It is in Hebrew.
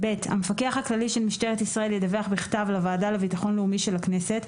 המפקח הכללי של משטרת ישראל ידווח בכתב לוועדה לביטחון לאומי של הכנסת,